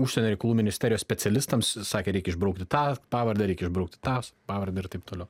užsienio reikalų ministerijos specialistams sakė reikia išbraukti tą pavardę reikia išbraukti tą pavardę ir taip toliau